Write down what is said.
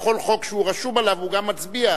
בכל חוק שהוא רשום עליו הוא גם מצביע,